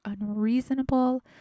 unreasonable